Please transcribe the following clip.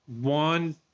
one